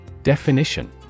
Definition